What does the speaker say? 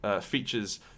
features